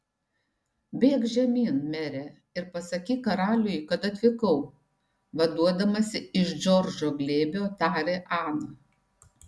bėk žemyn mere ir pasakyk karaliui kad atvykau vaduodamasi iš džordžo glėbio tarė ana